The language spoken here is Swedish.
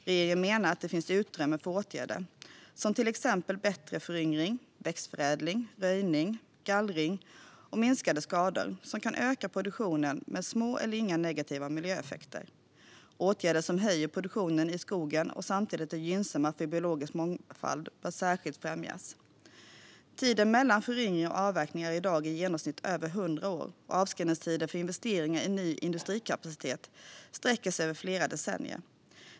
Regeringen menar att det finns utrymme för åtgärder som till exempel bättre föryngring, växtförädling, röjning, gallring och minskade skador, som kan öka produktionen med små eller inga negativa miljöeffekter. Åtgärder som höjer produktionen i skogen och samtidigt är gynnsamma för biologisk mångfald bör särskilt främjas. Tiden mellan föryngring och avverkning är i dag i genomsnitt över 100 år och avskrivningstiden för investeringar i ny industrikapacitet sträcker sig över flera decennier.